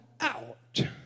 out